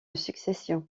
succession